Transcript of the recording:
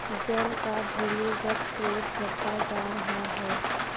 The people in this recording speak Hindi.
जल का भूमिगत स्रोत घटता जा रहा है